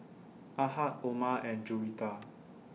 Ahad Omar and Juwita